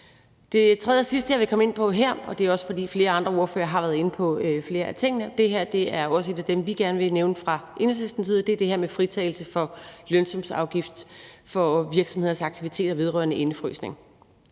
Det tredje og sidste, jeg vil komme ind på her – flere andre ordførere har været inde på flere af tingene, men det her er en af de ting, vi også gerne vil nævne fra Enhedslistens side – er det her med fritagelse for lønsumsafgift for virksomheders aktiviteter vedrørende indefrysning.